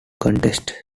contest